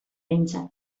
behintzat